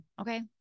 Okay